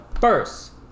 first